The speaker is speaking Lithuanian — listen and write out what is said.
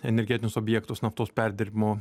energetinius objektus naftos perdirbimo